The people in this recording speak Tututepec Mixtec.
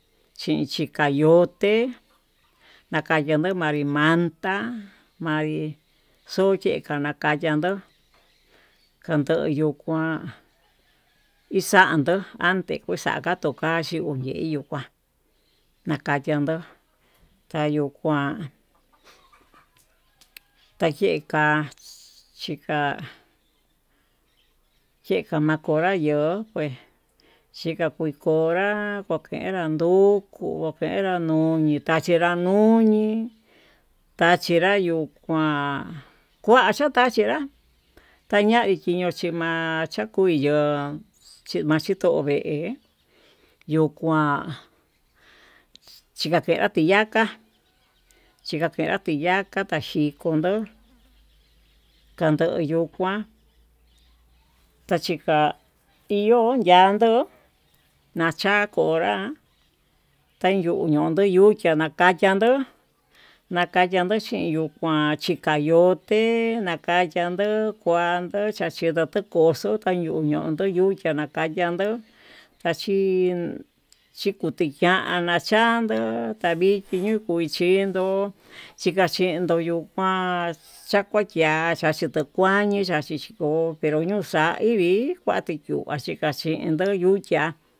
Chinchikayoté nakayendo manri mandá manri xoyeka nakanda ihó, kandoyo kuan ixandó ante kuxaka yaxhe uyeí yuu kuan nakayandó tayuu kuan tayeká, xhika xhikamakonrá yo'o he chikan kuekonra kokenra ndukuu kokenra nuñi tachinra nuñi, tachinra yuu kuan kuatacha tachenrá tañavi chinuu chimachá kuiyo chamachito vee yo'o kuan chikakenra tiyaká chikakenra tiyaka taxhinkonró, kandoyu kuan tachika iho yandó nacha'a konra tayun yuu nuu nuchiá takayando nakayando chinukuán, chikayote nakayandó kuando nachindo tukoxo ñiuu nuu nundo nuxhia nakayandó, chachi chikuti yiana chando taviki nuu kuchindó chikachinduu yuu kuán chakuaya chachindukuañi, ñachiko pero ñuu xa'a ivii ikuanriyu chikachindó yuchiá.